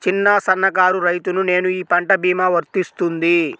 చిన్న సన్న కారు రైతును నేను ఈ పంట భీమా వర్తిస్తుంది?